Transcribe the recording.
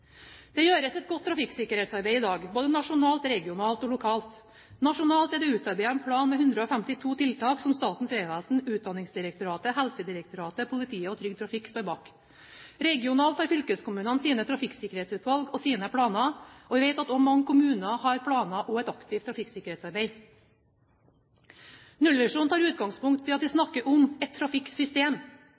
Det gjøres et godt trafikksikkerhetsarbeid i dag, både nasjonalt, regionalt og lokalt. Nasjonalt er det utarbeidet en plan med 152 tiltak som Statens vegvesen, Utdanningsdirektoratet, Helsedirektoratet, politiet og Trygg Trafikk står bak. Regionalt har fylkeskommunene sine trafikksikkerhetsutvalg og sine planer, og vi vet at også mange kommuner har planer og et aktiv trafikksikkerhetsarbeid. Nullvisjonen tar utgangspunkt i at vi snakker om et trafikksystem.